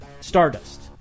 Stardust